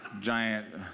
giant